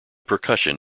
percussion